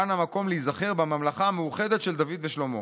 כאן המקום להיזכר בממלכה המאוחדת של דוד ושלמה: